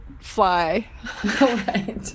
fly